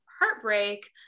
heartbreak